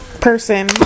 person